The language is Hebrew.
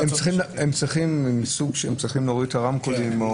כן צריכים להוריד את הווליום.